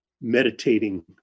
meditating